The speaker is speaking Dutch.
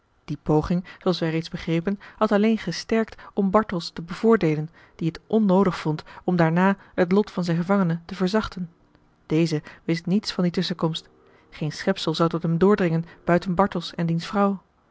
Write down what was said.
die poging zooals wij reeds begrepen had alleen gestrekt om bartels te bevoordeelen die het onnoodig vond om daarna het lot van zijn gevangene te verzachten deze wist niets van die tusschenkomst geen schepsel zou tot hem doordringen buiten bartels en diens vrouw